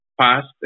past